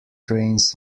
trains